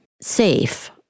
safe